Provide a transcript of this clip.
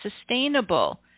sustainable